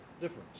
difference